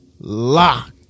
locked